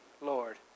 Lord